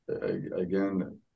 again